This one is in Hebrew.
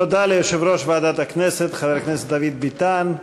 תודה ליושב-ראש ועדת הכנסת חבר הכנסת דוד ביטן.